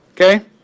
Okay